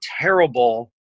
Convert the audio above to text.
terrible